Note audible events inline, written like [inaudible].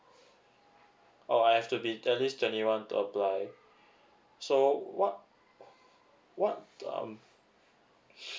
oh I have to be at least twenty one to apply so what what um [breath]